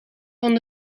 van